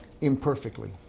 Imperfectly